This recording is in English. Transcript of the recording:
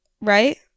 Right